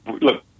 look